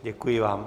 Děkuji vám.